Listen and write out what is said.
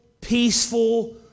peaceful